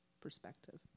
perspective